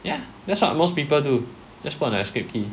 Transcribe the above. ya that's what most people do just put on the escape key